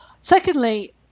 Secondly